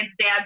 dad